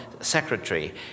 secretary